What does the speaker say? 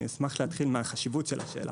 אני אשמח להתחיל מהחשיבות של השאלה.